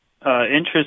interest